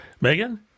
Megan